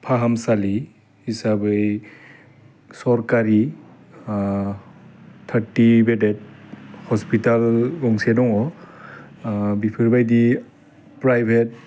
फाहामसालि हिसाबै सरकारि थारटि बेडेड हस्पिताल गंसे दङ बिफोरबायदि प्राइभेट